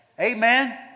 Amen